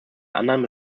annahme